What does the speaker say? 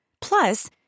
Plus